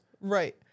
Right